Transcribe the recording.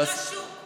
זה נקרא "שוק".